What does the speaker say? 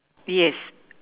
yes